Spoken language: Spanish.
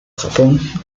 japón